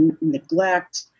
neglect